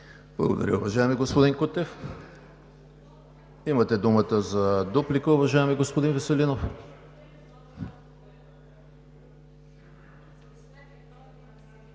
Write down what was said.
Благодаря, уважаеми господин Кутев. Имате думата за дуплика, уважаеми господин Веселинов.